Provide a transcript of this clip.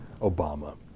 Obama